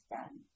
done